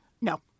No